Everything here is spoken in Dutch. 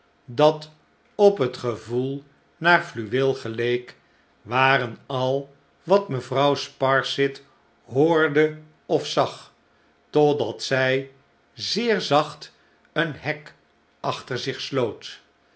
dat op het gevoelnaar fiuweel geleek waren al wat mevrouw sparsit hoorde of zag totdat zij zeer zacht een hek achter zich sloot